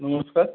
नमस्कार